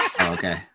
Okay